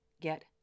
get